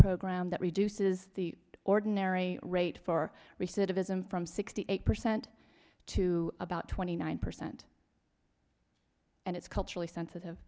program that reduces the ordinary rate for receipt of ism from sixty eight percent to about twenty nine percent and it's culturally sensitive